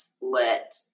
let